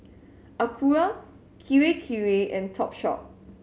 Acura Kirei Kirei and Topshop